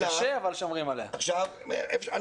קשה, אבל שומרים עליה.